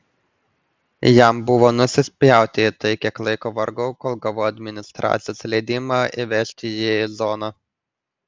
jam buvo nusispjauti į tai kiek laiko vargau kol gavau administracijos leidimą įvežti jį į zoną